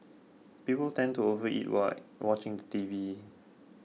people tend to overeat while watching the T V